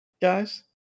guys